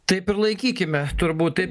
taip ir laikykime turbūt taip